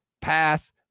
pass